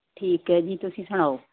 ਠੀਕ ਹੈ ਜੀ ਤੁਸੀਂ ਸੁਣਾਓ